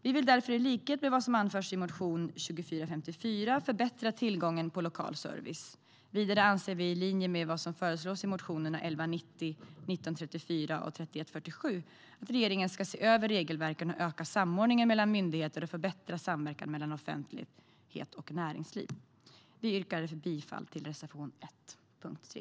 Vi vill därför i likhet med vad som anförs i motion 2454 förbättra tillgången på lokal service. Vidare anser vi i linje med vad som föreslås i motionerna 1190, 1934 och 3147 att regeringen ska se över regelverken och öka samordningen mellan myndigheter och förbättra samverkan mellan offentlighet och näringsliv. Vi yrkar bifall till reservation 1 under punkt 3.